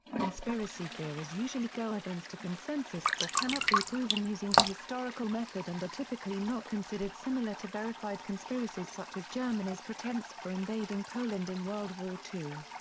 conspiracy theories usually go against a consensus or cannot be proven using the historical method and are typically not considered similar to verified conspiracies such as germany's pretense for invading poland in world war ii.